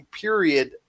period